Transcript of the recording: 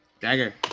Dagger